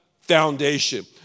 foundation